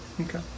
Okay